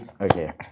Okay